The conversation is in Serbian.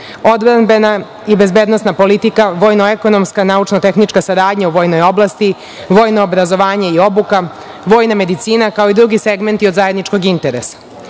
odbrambena i bezbednosna politika vojno-ekonomska, naučno-tehnička saradnja u vojnoj oblasti, vojno obrazovanje i obuke, vojna medicina, kao i drugi segmenti od zajedničkog interesa. Saradnja